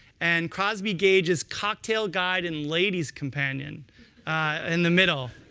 and crosby gaige's cocktail guide and ladies' companion in the middle.